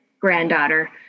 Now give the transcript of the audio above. granddaughter